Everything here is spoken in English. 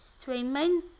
streaming